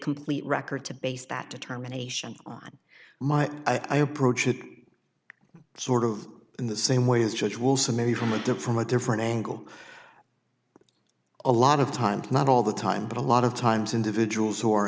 complete record to base that determination on my i approach it sort of in the same way as judge wilson measurement the from a different angle a lot of times not all the time but a lot of times individuals who are